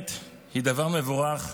הוגנת היא דבר מבורך,